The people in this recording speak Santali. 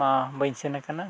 ᱢᱟ ᱵᱟᱹᱧ ᱥᱮᱱ ᱠᱟᱱᱟ